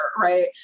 Right